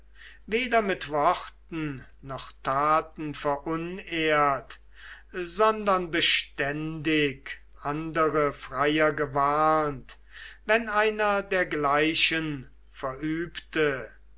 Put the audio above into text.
weder mit worten noch taten verunehrt sondern beständig andere freier gewarnt wenn einer dergleichen verübte